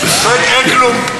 לא יקרה כלום.